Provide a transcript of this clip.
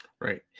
Right